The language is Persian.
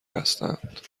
هستند